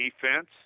defense